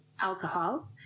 alcohol